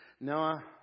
Noah